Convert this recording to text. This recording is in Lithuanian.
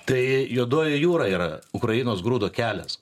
tai juodoji jūra yra ukrainos grūdo kelias